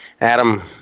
Adam